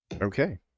Okay